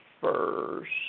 first